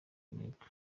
amerika